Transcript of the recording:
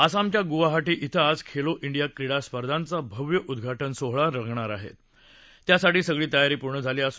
आसामच्या गुवाहाटी इथं आज खेलो इंडिया क्रीडा स्पर्धांचा भव्य उद्घाटन सोहळा होणार आहे त्यासाठी सगळी तयारी पूर्ण झाली आहे